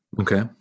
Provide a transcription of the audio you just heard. Okay